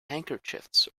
handkerchiefs